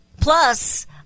Plus